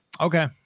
Okay